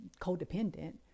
codependent